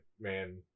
Man